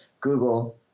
Google